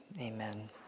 Amen